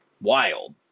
wild